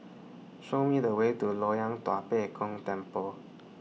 Show Me The Way to Loyang Tua Pek Kong Temple